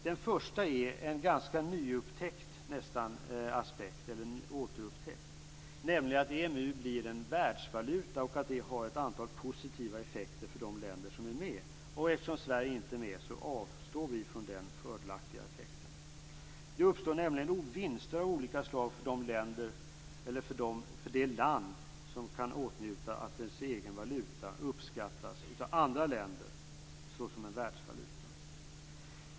Den första är en ganska nyupptäckt, eller återupptäckt, aspekt, nämligen att euron blir en världsvaluta och att det har ett antal positiva effekter för de länder som är med. Eftersom Sverige inte är med avstår vi från den fördelaktiga effekten. Det uppstår nämligen vinster av olika slag för det land som kan åtnjuta att dess egen valuta uppskattas av andra länder såsom en världsvaluta.